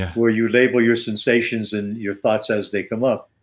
where you label your sensations and your thoughts as they come up.